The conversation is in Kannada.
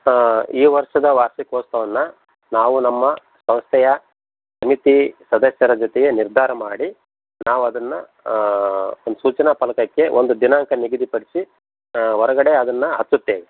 ಈ ವರ್ಷದ ವಾರ್ಷಿಕೋತ್ಸವವನ್ನು ನಾವು ನಮ್ಮ ಸಂಸ್ಥೆಯ ಸಮಿತಿ ಸದಸ್ಯರ ಜೊತೆಗೆ ನಿರ್ಧಾರ ಮಾಡಿ ನಾವು ಅದನ್ನು ಒಂದು ಸೂಚನಾ ಫಲಕಕ್ಕೆ ಒಂದು ದಿನಾಂಕ ನಿಗದಿಪಡಿಸಿ ಹೊರ್ಗಡೆ ಅದನ್ನು ಹಚ್ಚುತ್ತೇವೆ